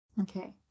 Okay